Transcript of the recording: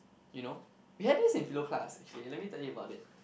you know we had this in Philo class actually let me tell you about it